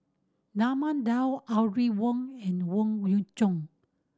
Raman Daud Audrey Wong and Yoon Chong